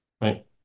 right